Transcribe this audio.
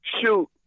shoot